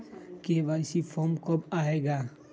KYC form कब आए गा?